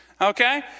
Okay